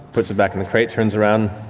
puts it back in the crate, turns around.